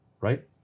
right